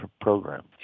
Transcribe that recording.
program